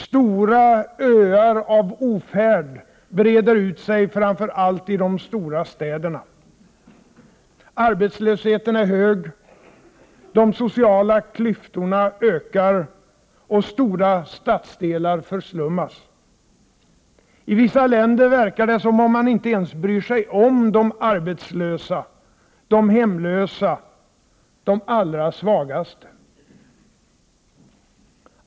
Stora öar av ofärd breder ut sig i framför allt de stora städerna. Arbetslösheten är hög, de sociala klyftorna ökar och stora stadsdelar förslummas. I vissa länder verkar det som om man inte ens bryr sig om de arbetslösa, de hemlösa, de allra svagaste.